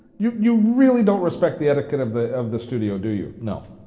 you you really don't respect the etiquette of the of the studio, do you, no.